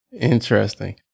Interesting